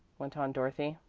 went on dorothy.